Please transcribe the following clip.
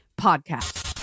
podcast